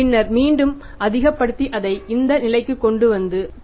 பின்னர் மீண்டும் அதிகப்படுத்தி அதை இந்த நிலைக்கு இங்கு கொண்டு வருவோம்